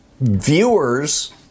viewers